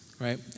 Right